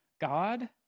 God